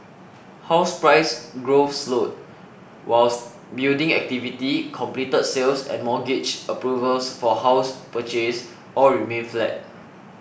house price growth slowed whilst building activity completed sales and mortgage approvals for house purchase all remained flat